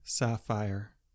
Sapphire